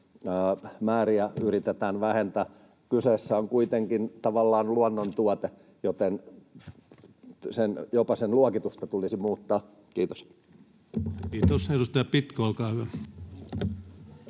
määriä yritetään vähentää. Kyseessä on kuitenkin tavallaan luonnontuote, joten jopa sen luokitusta tulisi muuttaa. — Kiitos. [Speech 234] Speaker: